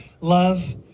love